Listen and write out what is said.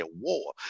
war